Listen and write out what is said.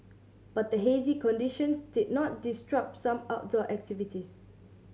but the hazy conditions did not disrupt some outdoor activities